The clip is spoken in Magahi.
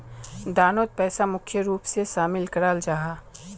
दानोत पैसा मुख्य रूप से शामिल कराल जाहा